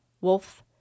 wolf